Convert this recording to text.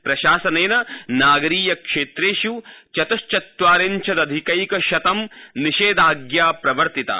प्रशासनेन नागरीय क्षेत्रेषु चतुश्वत्वारिंशदधिकैकशत निषेधाज्ञा प्रवर्तिता